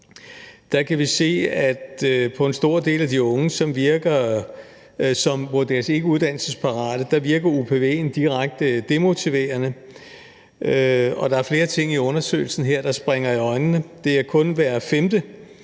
Der kan vi se, at for en stor del af de unge, som vurderes ikke uddannelsesparate, virker upv'en direkte demotiverende, og der er flere ting i undersøgelsen her, der springer i øjnene. Det er kun hver femte